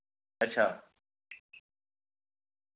अच्छा